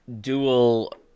dual